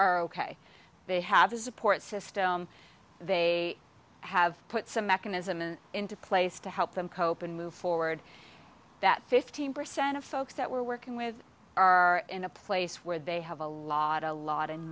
are ok they have a support system they have put some mechanism in into place to help them cope and move forward that fifteen percent of folks that we're working with are in a place where they have a lot a lot and